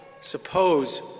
Suppose